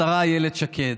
השרה אילת שקד.